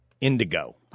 Indigo